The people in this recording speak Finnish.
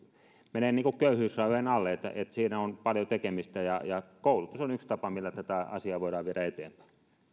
menee niin kuin köyhyysrajojen alle siinä on paljon tekemistä ja ja koulutus on yksi tapa millä tätä asiaa voidaan viedä eteenpäin